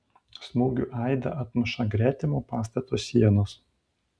smūgių aidą atmuša gretimo pastato sienos